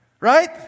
Right